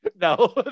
No